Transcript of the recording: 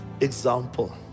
example